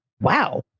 wow